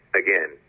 again